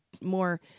more